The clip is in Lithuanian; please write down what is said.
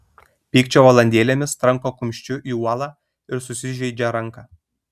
pykčio valandėlėmis tranko kumščiu į uolą ir susižeidžia ranką